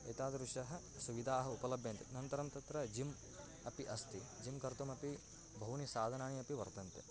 एतादृशाः सुविधाः उपलभ्यन्ते अनन्तरं तत्र जिम् अपि अस्ति जिम् कर्तुमपि बहूनि साधनानि अपि वर्तन्ते